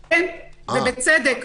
כן, ובצדק.